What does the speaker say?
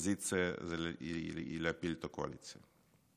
כאופוזיציה היא להפיל את הקואליציה.